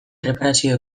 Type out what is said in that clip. erreparazio